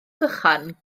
vychan